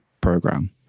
program